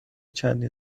چندین